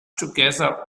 together